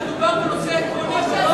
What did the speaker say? מכיוון שמדובר בנושא עקרוני,